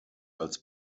als